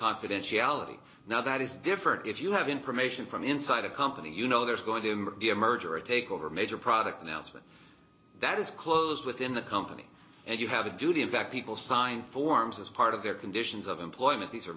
confidentiality now that is different if you have information from inside a company you know there's going to be a merger or a takeover major product announcement that is closed within the company and you have a duty in fact people sign forms as part of their conditions of employment these are